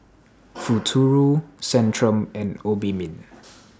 Futuro Centrum and Obimin